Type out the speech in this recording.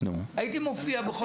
הייתי מופיע,